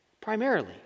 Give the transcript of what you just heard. primarily